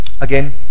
again